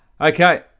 Okay